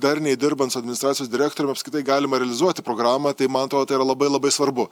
darniai dirbant su administracijos direktorium apskritai galima realizuoti programą tai man atrodo tai yra labai labai svarbu